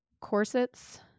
corsets